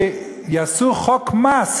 שיעשו חוק מס,